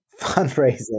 fundraising